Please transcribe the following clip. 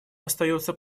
остается